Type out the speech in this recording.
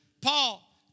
Paul